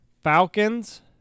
Falcons